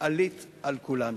עלית על כולנה".